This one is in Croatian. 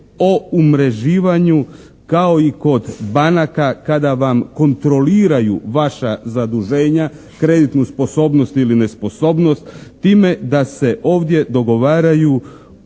o umreživanju kao i kod banaka kada vam kontroliraju vaša zaduženja, kreditnu sposobnost ili nesposobnost time da se ovdje dogovaraju o